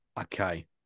Okay